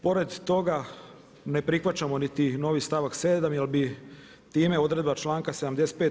Pored toga, ne prihvaćamo niti novi stavak 7. jer bi time odredba članka 75.